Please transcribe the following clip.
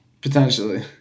Potentially